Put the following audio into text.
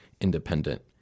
independent